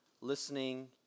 listening